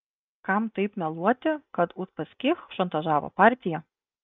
kam taip meluoti kad uspaskich šantažavo partiją